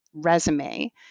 resume